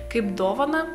kaip dovaną